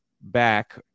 back